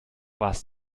was